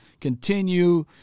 Continue